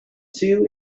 two